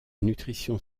nutrition